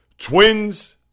Twins